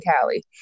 Cali